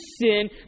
sin